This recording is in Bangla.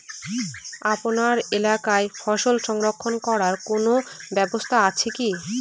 আপনার এলাকায় ফসল সংরক্ষণ রাখার কোন ব্যাবস্থা আছে কি?